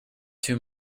too